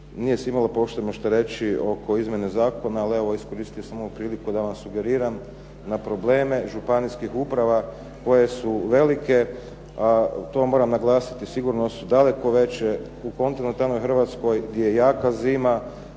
nije se imalo pošteno što reći oko izmjene zakona, ali evo iskoristio sam ovu priliku da vam sugeriram na probleme županijskih uprava koje su velike, a to moram naglasiti sigurno su daleko veće u kontinentalnoj Hrvatskoj gdje je jaka zima.